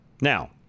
Now